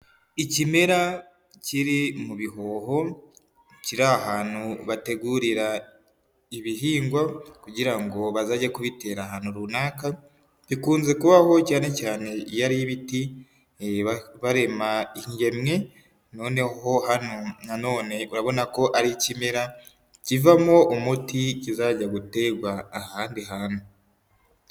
Ikimera kiri mu bihoho, kiri ahantu bategurira ibihingwa kugira ngo bazajye kubitera ahantu runaka, bikunze kubaho cyane cyane iyo ari ibiti barema ingemwe, noneho hano nanone urabona ko ari ikimera, kivamo umuti kizajya gutegwa ahandi hantu.